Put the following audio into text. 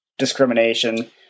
discrimination